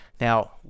now